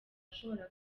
ashobora